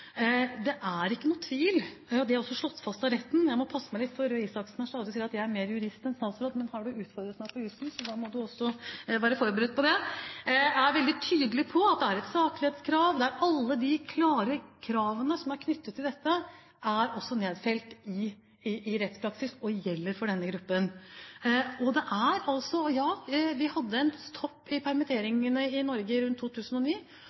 Det er det ikke noen tvil om. Det er slått fast av retten – jeg må passe meg litt, for Røe Isaksen sier stadig at jeg er mer jurist enn statsråd, men har du utfordret meg på jusen, må du også være forberedt på det – at man er veldig tydelig på at det er et saklighetskrav. Alle de klare kravene som er knyttet til dette, er nedfelt i rettspraksis og gjelder for denne gruppen. Ja, vi hadde en topp i permitteringene i Norge rundt 2009,